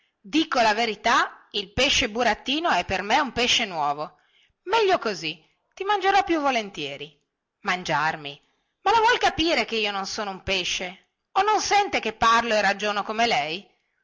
dico la verità il pesce burattino è per me un pesce nuovo meglio così ti mangerò più volentieri mangiarmi ma la vuol capire che io non sono un pesce o non sente che parlo e ragiono come lei